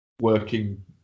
working